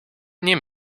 nie